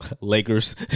Lakers